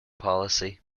policy